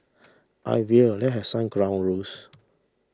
I will let have some ground rules